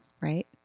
Right